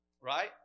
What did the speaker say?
right